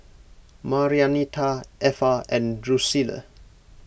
Marianita Effa and Drucilla